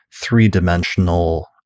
three-dimensional